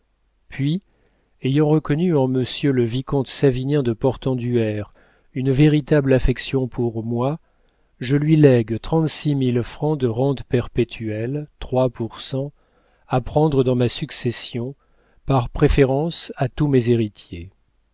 puis ayant reconnu en monsieur le vicomte savinien de portenduère une véritable affection pour moi je lui lègue trente-six mille francs de rente perpétuelle trois pour cent à prendre dans ma succession par préférence à tous mes héritiers